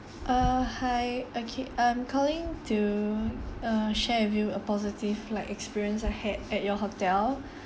uh hi okay I'm calling to uh share with you a positive like experience I had at your hotel